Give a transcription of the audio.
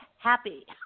Happy